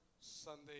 Sunday